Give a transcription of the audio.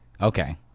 okay